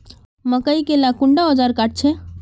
मकई के ला कुंडा ओजार काट छै?